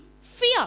fear